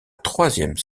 troisième